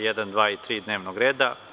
1, 2. i 3. dnevnog reda.